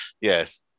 yes